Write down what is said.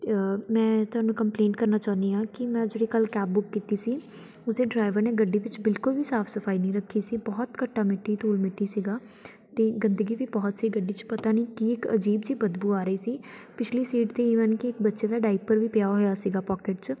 ਮੈਂ ਤੁਹਾਨੂੰ ਕੰਪਲੇਂਟ ਕਰਨਾ ਚਾਹੁੰਦੀ ਹਾਂ ਕਿ ਮੈਂ ਜਿਹੜੀ ਕੱਲ੍ਹ ਕੈਬ ਬੁੱਕ ਕੀਤੀ ਸੀ ਉਸ ਦੇ ਡਰਾਈਵਰ ਨੇ ਗੱਡੀ ਵਿੱਚ ਬਿਲਕੁਲ ਵੀ ਸਾਫ਼ ਸਫਾਈ ਨਹੀਂ ਰੱਖੀ ਸੀ ਬਹੁਤ ਘੱਟਾ ਮਿੱਟੀ ਧੂਲ ਮਿੱਟੀ ਸੀਗਾ ਅਤੇ ਗੰਦਗੀ ਵੀ ਬਹੁਤ ਸੀ ਗੱਡੀ 'ਚ ਪਤਾ ਨਹੀਂ ਕੀ ਇੱਕ ਅਜੀਬ ਜਿਹੀ ਬਦਬੂ ਆ ਰਹੀ ਸੀ ਪਿਛਲੀ ਸੀਟ 'ਤੇ ਈਵਨ ਕਿ ਇੱਕ ਬੱਚੇ ਦਾ ਡਾਈਪਰ ਵੀ ਪਿਆ ਹੋਇਆ ਸੀਗਾ ਪੋਕਟ 'ਚ